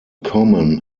common